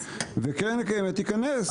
והקרן הקיימת תיכנס.